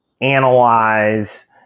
analyze